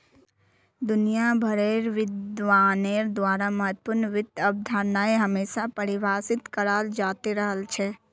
दुनिया भरेर विद्वानेर द्वारा महत्वपूर्ण वित्त अवधारणाएं हमेशा परिभाषित कराल जाते रहल छे